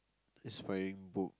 he's wearing book